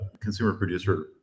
consumer-producer